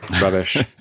Rubbish